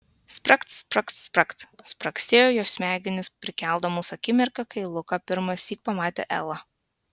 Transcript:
spragt spragt spragt spragsėjo jos smegenys prikeldamos akimirką kai luka pirmąsyk pamatė elą